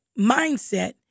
mindset